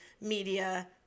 media